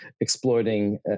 exploiting